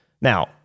Now